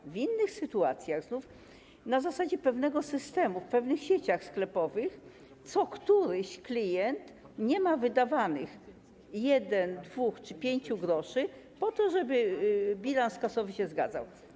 A znów w innych sytuacjach, na zasadzie pewnego systemu, w pewnych sieciach sklepowych co któryś klient nie ma wydawanych jednego, dwóch czy 5 gr po to, żeby bilans kasowy się zgadzał.